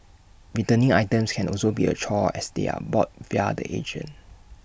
returning items can also be A chore as they are bought via the agent